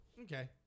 Okay